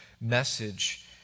message